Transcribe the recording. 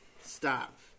Stop